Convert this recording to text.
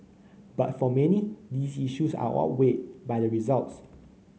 but for many these issues are outweighed by the results